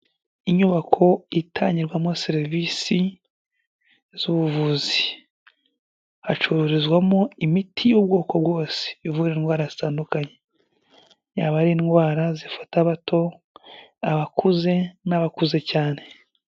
Inyubako itangirwamo serivisi z'ubuvuzi, hacururizwamo imiti y'ubwoko bwose, ivura indwara zitandukanye, yaba ari indwara zifata abato, abakuze n'abakuze cyane.